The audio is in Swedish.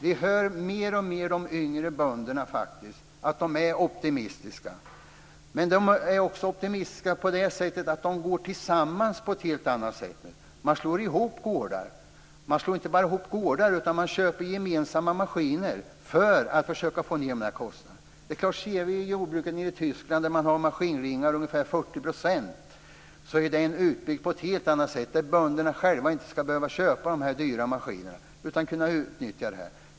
Vi hör mer och mer att de yngre bönderna är optimistiska. De är också optimistiska på det sättet att de nu går tillsammans på ett helt annat sätt. Man slår inte bara ihop gårdar, man köper också gemensamma maskiner för att försöka få ned kostnaderna. Ser vi på jordbruket i Tyskland, där man har maskinringar som utgör ungefär 40 %, är det utbyggt på ett helt annat sätt. Bönderna ska inte själva behöva köpa dyra maskiner utan kunna utnyttja det här.